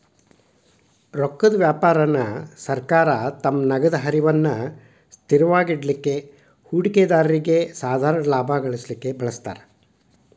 ರೊಕ್ಕದ್ ವ್ಯಾಪಾರಾನ ಸರ್ಕಾರ ತಮ್ಮ ನಗದ ಹರಿವನ್ನ ಸ್ಥಿರವಾಗಿಡಲಿಕ್ಕೆ, ಹೂಡಿಕೆದಾರ್ರಿಗೆ ಸಾಧಾರಣ ಲಾಭಾ ಗಳಿಸಲಿಕ್ಕೆ ಬಳಸ್ತಾರ್